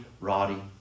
Roddy